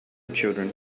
children